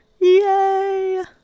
Yay